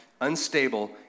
unstable